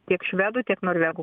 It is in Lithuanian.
tiek švedų tiek norvegų